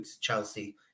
Chelsea